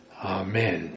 Amen